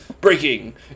Breaking